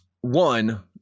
one